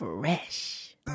Fresh